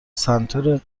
سنتور